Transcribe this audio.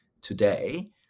today